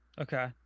Okay